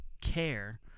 care